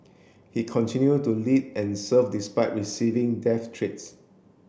he continue to lead and serve despite receiving death treats